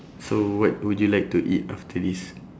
so what would you like to eat after this